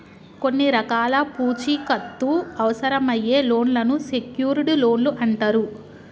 కొన్ని రకాల పూచీకత్తు అవసరమయ్యే లోన్లను సెక్యూర్డ్ లోన్లు అంటరు